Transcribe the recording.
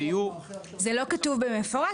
שיהיו --- זה לא כתוב במפורש.